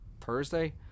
Thursday